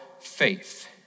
faith